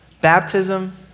baptism